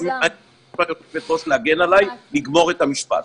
את צריכה, היושבת ראש, להגן עליי לגמור את המשפט.